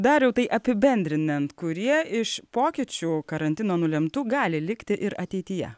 dariau tai apibendrinant kurie iš pokyčių karantino nulemtų gali likti ir ateityje